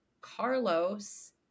Carlos